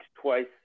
twice